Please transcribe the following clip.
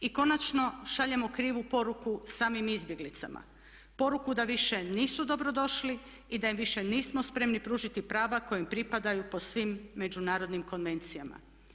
I konačno, šaljemo krivu poruku samim izbjeglicama, poruku da više nisu dobrodošli i da im više nismo spremni pružiti prava koja im pripadaju po svim međunarodnim konvencijama.